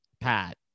Pat